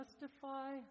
justify